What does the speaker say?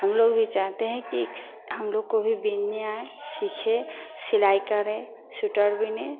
हम लोग भी चाहते हैं कि हम लोग को भी बिनने आए सीखे सिलाई करें स्वीटर बिनें